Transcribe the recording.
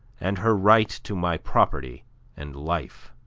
and her right to my property and life.